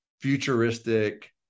futuristic